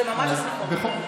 זה ממש לא נכון.